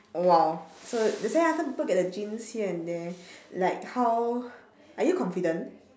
!wow! so that's why ah some people get the genes here and there like how are you confident